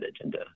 agenda